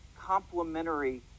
complementary